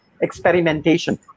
experimentation